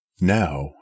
Now